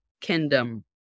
kingdom